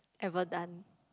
ever done